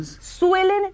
suelen